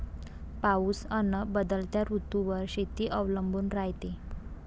पाऊस अन बदलत्या ऋतूवर शेती अवलंबून रायते